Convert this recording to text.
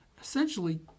Essentially